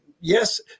yes